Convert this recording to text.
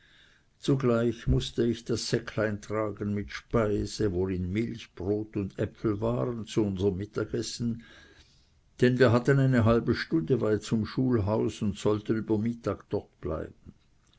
zugleich mußte ich das säcklein tragen mit speise worin milch brot und äpfel waren zu unserm mittagessen denn wir hatten eine halbe stunde weit zum schulhaus und sollten über mittag dort bleiben